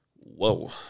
Whoa